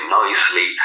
nicely